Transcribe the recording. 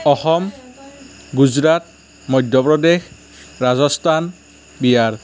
Assam Gujarat Madhya Pradesh Rajasthan Bihar